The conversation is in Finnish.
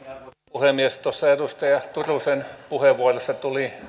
puhemies tuossa edustaja turusen puheenvuorossa tuli